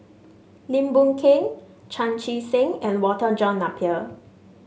Lim Boon Keng Chan Chee Seng and Walter John Napier